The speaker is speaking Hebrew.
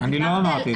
אני לא אמרתי את זה.